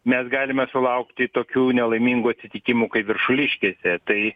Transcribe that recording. mes galime sulaukti tokių nelaimingų atsitikimų kaip viršuliškėse tai